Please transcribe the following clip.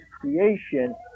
creation